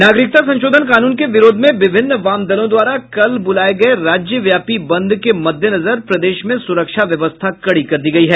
नागरिकता संशोधन कानून के विरोध में विभिन्न वाम दलों द्वारा कल बुलाये गये राज्यव्यापी बंद के मद्देनजर प्रदेश में सुरक्षा व्यवस्था कड़ी कर दी गयी है